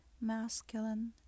masculine